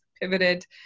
pivoted